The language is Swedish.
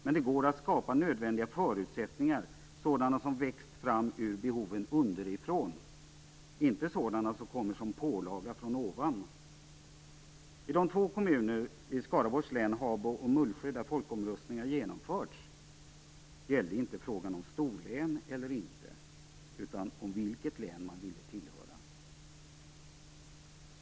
Men det går att skapa nödvändiga förutsättningar, sådana som växt fram ur behoven underifrån och inte sådana som kommer som en pålaga från ovan. Mullsjö, där folkomröstningar genomförts gällde inte frågan storlän eller inte utan vilket län man ville tillhöra.